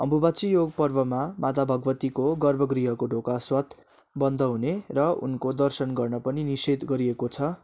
अम्बोबाछी योग पर्वमा माता भगवतीको गर्व गृहको ढोका स्वतः बन्द हुने र उनको दर्शन गर्न पनि निषेध गरिएको छ